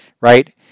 right